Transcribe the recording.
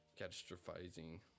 catastrophizing